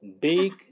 big